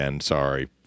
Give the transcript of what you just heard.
sorry